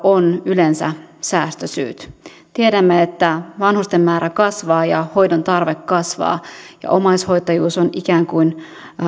on yleensä säästöt tiedämme että vanhusten määrä kasvaa ja hoidon tarve kasvaa ja omaishoitajuus on ikään kuin